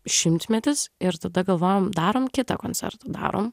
šimtmetis ir tada galvojom darom kitą koncertą darom